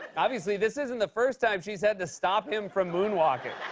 obviously, this isn't the first time she's had to stop him from moonwalking.